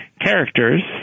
characters